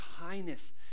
kindness